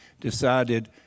decided